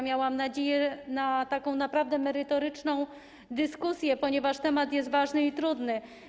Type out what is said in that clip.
Miałam nadzieję na naprawdę merytoryczną dyskusję, ponieważ temat jest ważny i trudny.